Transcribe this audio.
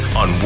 on